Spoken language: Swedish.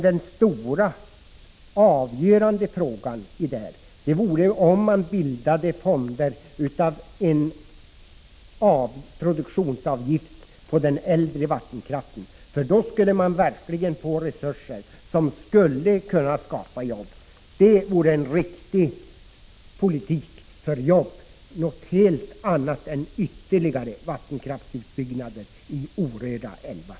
Men avgörande vore om man bildade fonder av en produktionsavgift på den äldre vattenkraften, för då skulle man verkligen få resurser som skulle kunna skapa jobb. Det vore en riktig politik för jobb — något helt annat än en ytterligare vattenkraftsutbyggnad i orörda älvar.